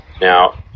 Now